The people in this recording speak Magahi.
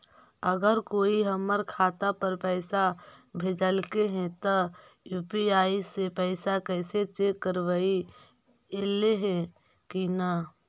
अगर कोइ हमर खाता पर पैसा भेजलके हे त यु.पी.आई से पैसबा कैसे चेक करबइ ऐले हे कि न?